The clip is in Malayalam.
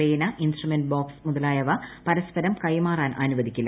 പേന ഇൻസ്ട്രുമെന്റ് ബ്ലോക്സ് മുതലായവ പരസ്പരം കൈമാറാൻ അനുവദിക്കില്ല